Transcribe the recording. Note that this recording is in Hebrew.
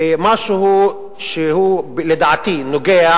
ומשהו שלדעתי נוגע